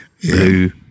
blue